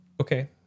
okay